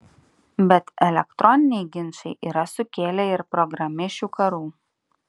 bet elektroniniai ginčai yra sukėlę ir programišių karų